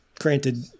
granted